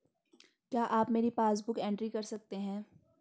क्या आप मेरी पासबुक बुक एंट्री कर सकते हैं?